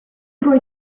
going